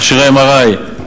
מכשירי MRI,